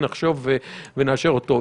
נחשוב ונאשר אותו.